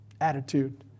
attitude